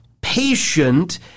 patient